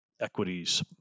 equities